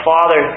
Father